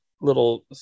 little